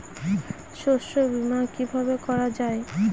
শস্য বীমা কিভাবে করা যায়?